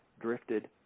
drifted